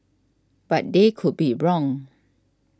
but they could be wrong